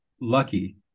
lucky